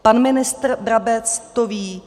Pan ministr Brabec to ví.